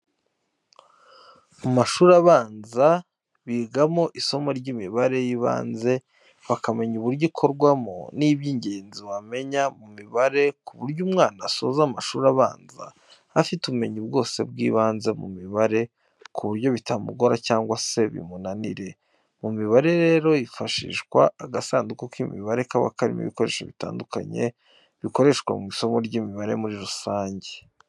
Mu mashuri abanza bigamo isomo ry'imibare y'ibanze bakamenya uburyo ikorwamo n'iby'ingenzi wamenya ku mibare ku buryo umwana asoza amashuri abanza afite ubumenyi bwose bw'ibanze ku mibare, ku buryo bitamugora cyangwa se ngo bimunanire. Mu mibare rero hifashishwa agasanduku k'imibare kaba karimo ibikoresho bitandukanye, bikoreshwa mu isomo ry'imibare muri rusange.